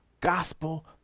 gospel